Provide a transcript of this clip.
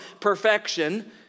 perfection